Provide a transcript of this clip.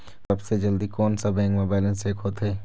सबसे जल्दी कोन सा बैंक म बैलेंस चेक होथे?